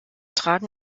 tragen